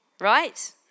right